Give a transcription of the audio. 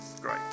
great